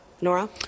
Nora